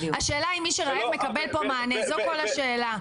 השאלה אם מי שרעב מקבל פה מענה, זו כל השאלה.